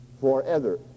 forever